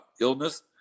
illness